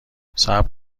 صبر